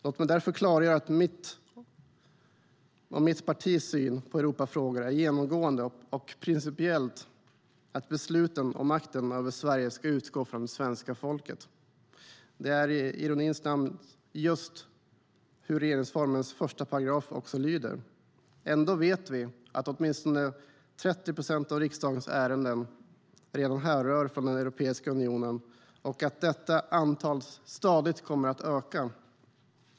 Låt mig därför klargöra att mitt och mitt partis syn på Europafrågor är genomgående och principiellt att besluten och makten över Sverige ska utgå från det svenska folket. Det är i ironins namn just vad som står i regeringsformens första paragraf. Ändå vet vi att åtminstone 30 procent av riksdagens ärenden redan härrör från Europeiska unionen och att detta antal stadigt kommer att öka.